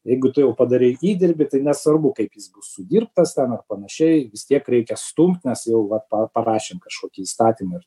jeigu tu jau padarei įdirbį tai nesvarbu kaip jis bus sudirbtas ten ar panašiai vis tiek reikia stumt nes jau va parašėm kažkokį įstatymą ir